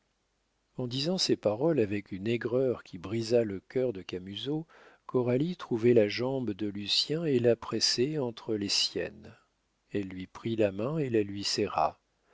en disant ces paroles avec une aigreur qui brisa le cœur de camusot coralie trouvait la jambe de lucien et la pressait entre les siennes elle lui prit la main et la lui serra